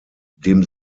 dem